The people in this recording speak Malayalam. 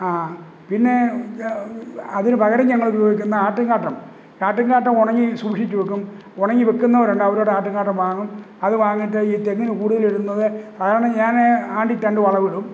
പിന്നെ അതിനുപകരം ഞങ്ങളുപയോഗിക്കുന്ന ആട്ടുങ്കാട്ടം ആട്ടുങ്കാട്ടം ഉണങ്ങി സൂക്ഷിച്ച് വയ്ക്കും ഉണങ്ങി വയ്ക്കുന്നവരുണ്ട് അവരോട് ആട്ടുങ്കാട്ടം വാങ്ങും അത് വാങ്ങിയിട്ട് തെങ്ങിന് കൂടുതലിടുന്നത് സാധാരണ ഞാന് ആണ്ടിൽ രണ്ട് വളമിടും